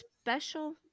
special